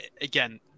again